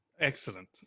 Excellent